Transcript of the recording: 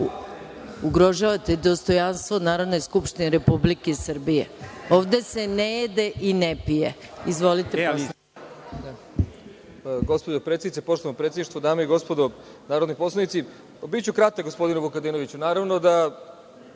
ugrožavate dostojanstvo Narodne skupštine Republike Srbije. Ovde se ne jede i ne pije. Izvolite.